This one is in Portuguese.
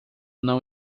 não